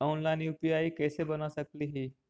Online UPI कैसे बना सकली ही?